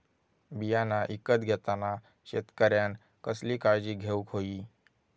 बियाणा ईकत घेताना शेतकऱ्यानं कसली काळजी घेऊक होई?